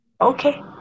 okay